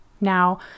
Now